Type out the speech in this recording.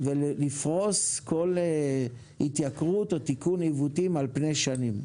ולפרוס כל התייקרות או תיקון עיוותים על פני שנים.